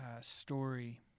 story